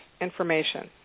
information